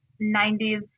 90s